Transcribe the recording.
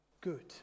good